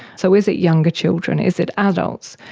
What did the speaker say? so, is it younger children, is it adults,